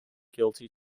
guilty